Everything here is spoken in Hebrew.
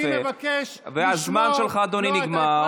אני מבקש לשמור, והזמן שלך, אדוני, נגמר.